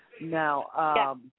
Now